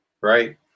right